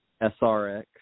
SRX